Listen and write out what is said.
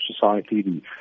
Society